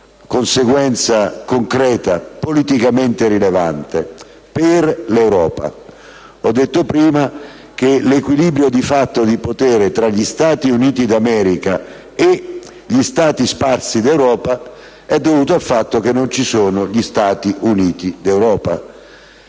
una conseguenza concreta politicamente rilevante per l'Europa. Ho detto prima che l'equilibrio di potere di fatto tra gli Stati Uniti d'America e gli Stati sparsi d'Europa, è dovuto al fatto che non ci sono gli Stati Uniti d'Europa.